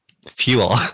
fuel